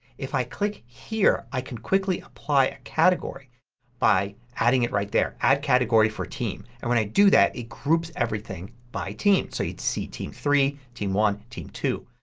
if i click here i can quickly apply a category by adding it right there, add category for team. and when i do that it groups everything by team. so you see team three, team one, and team two.